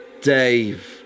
Dave